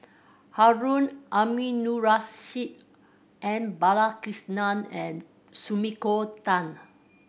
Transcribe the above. Harun Aminurrashid M Balakrishnan and Sumiko Tan